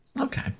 Okay